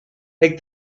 take